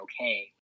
okay